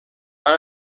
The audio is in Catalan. van